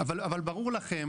אבל ברור לך,